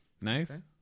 Nice